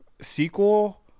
sequel